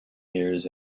years